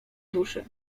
duszy